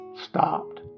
stopped